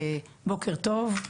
בוקר טוב.